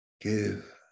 Give